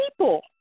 people